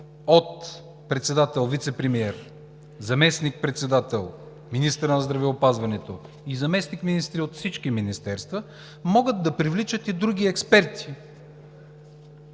от председател, вицепремиер, заместник-председател, министър на здравеопазването, заместник-министри от всички министерства и могат да привличат и други експерти,